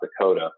Dakota